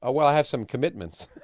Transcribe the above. ah well, i have some commitments!